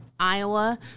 Iowa